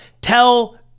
tell